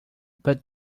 but